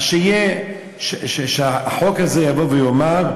אז שהחוק הזה יבוא ויאמר: